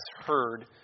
heard